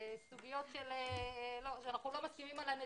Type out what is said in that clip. סוגיות שאנחנו לא מסכימים על הנתונים,